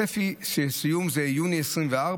הצפי לסיום הוא יוני 2024,